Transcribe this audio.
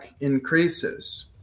increases